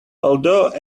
although